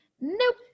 nope